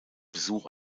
besuch